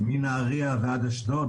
מנהריה ועד אשדוד.